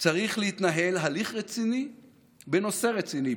צריך להתנהל הליך רציני בנושא רציני,